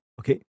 Okay